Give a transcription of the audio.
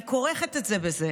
אני כורכת את זה בזה,